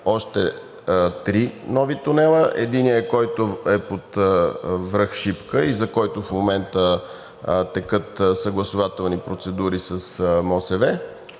още три нови тунела. Единият, който е под връх Шипка и за който в момента текат съгласувателни процедури с МОСВ